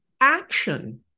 action